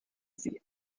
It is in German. sie